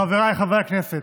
חברי חבריי הכנסת,